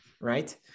right